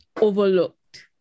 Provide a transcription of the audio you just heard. overlooked